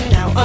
Now